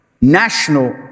national